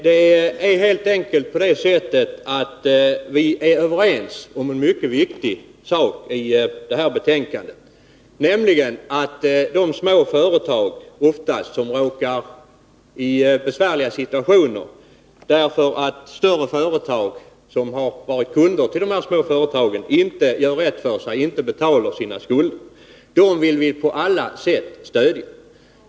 Det är helt enkelt så, att vi är överens om en mycket viktig sak i det här betänkandet, nämligen att de små företag som råkar i besvärliga situationer därför att större företag, som har varit kunder till dem, inte gör rätt för sig, inte betalar sina skulder, vill vi på alla sätt stödja.